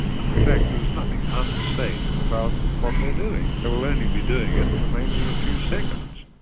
and in fact there is nothing unsafe about what they're doing, they will only be doing it for maybe a few seconds,